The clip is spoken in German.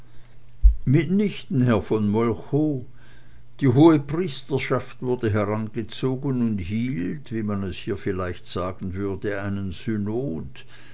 mitnichten herr von molchow die hohe priesterschaft wurde herangezogen und hielt wie man hier vielleicht sagen würde einen synod